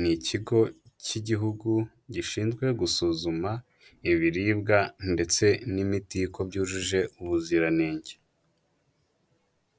ni ikigo k'igihugu gishinzwe gusuzuma ibiribwa ndetse n'imiti ko byujuje ubuziranenge.